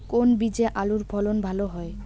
কোন বীজে আলুর ফলন ভালো হয়?